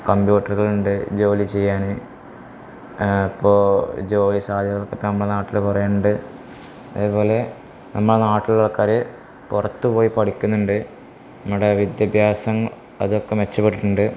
കംപ്യൂട്ടറുകളുണ്ട് ജോലി ചെയ്യാന് അപ്പോള് ജോലി സാധ്യതകളൊക്കെ നമ്മുടെ നാട്ടില് കുറേയുണ്ട് അതുപോലെ നമ്മുടെ നാട്ടിലുള്ള ആൾക്കാര് പുറത്ത് പോയി പഠിക്കുന്നുണ്ട് നമ്മുടെ വിദ്യാഭ്യാസം അതൊക്കെ മെച്ചപ്പെട്ടിട്ടുണ്ട്